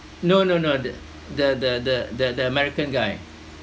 no no no the the the the the the american guy